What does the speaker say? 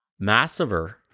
massiver